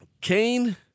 Cain